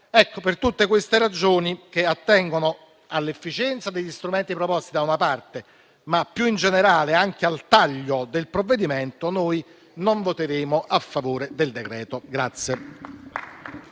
Per tutte queste ragioni, che attengono all'efficienza degli strumenti proposti, da una parte, ma più in generale anche al taglio del provvedimento, non voteremo a favore del disegno di